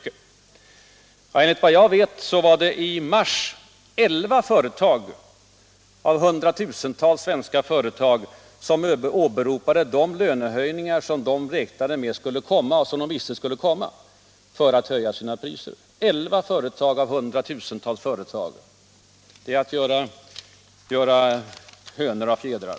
Enligt vad jag vet var det i mars elva företag av hundratusentals svenska företag som åberopade de lönehöjningar som de visste skulle komma som motiv för att höja sina priser. Elva företag av hundratusentals företag — det är att göra hönor av fjädrar.